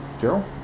Gerald